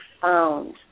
found